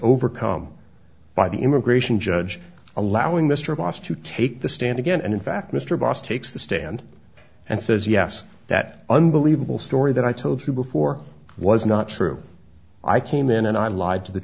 overcome by the immigration judge allowing mr abbas to take the stand again and in fact mr abbas takes the stand and says yes that unbelievable story that i told you before was not true i came in and i lied to the